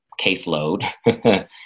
caseload